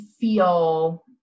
feel